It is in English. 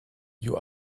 you